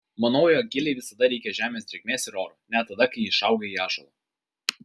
manau jog gilei visada reikia žemės drėgmės ir oro net tada kai ji išauga į ąžuolą